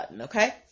Okay